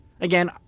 Again